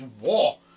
war